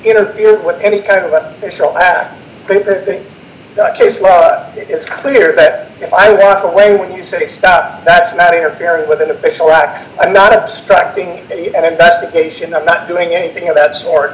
interfere with any kind of a social act case law it's clear that if i walk away when you say stop that's not interfering with an official act i'm not obstructing and investigation i'm not doing anything of that sort